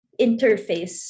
interface